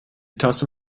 tasse